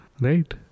Right